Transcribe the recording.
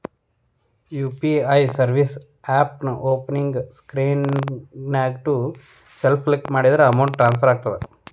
UPI service ಆಪ್ನ್ಯಾಓಪನಿಂಗ್ ಸ್ಕ್ರೇನ್ನ್ಯಾಗ to self click ಮಾಡಿದ್ರ ಅಮೌಂಟ್ ಟ್ರಾನ್ಸ್ಫರ್ ಆಗತ್ತ